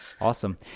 Awesome